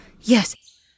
Yes